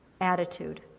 attitude